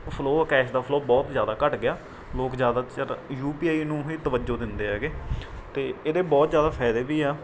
flow cash ਦਾ flow ਬਹੁਤ ਜ਼ਿਆਦਾ ਘੱਟ ਗਿਆ ਲੋਕ ਜ਼ਿਆਦਾ ਤੋਂ ਜ਼ਿਆਦਾ ਯੂ ਪੀ ਆਈ ਨੂੰ ਹੀ ਤਵੱਜੋਂ ਦਿੰਦੇ ਹੈਗੇ ਅਤੇ ਇਹਦੇ ਬਹੁਤ ਜ਼ਿਆਦਾ ਫ਼ਾਇਦੇ ਵੀ ਆ